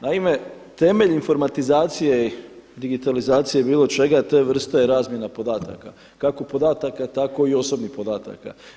Naime, temelj informatizacije i digitalizacije bilo čega te vrste je razmjena podataka, kako podataka tako i osobnih podataka.